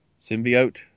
Symbiote